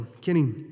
Kenny